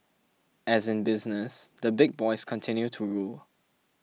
as in business the big boys continue to rule